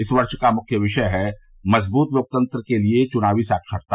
इस वर्ष का मुख्य विषय है मजबूत लोकतंत्र के लिए चुनावी साक्षरता